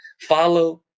Follow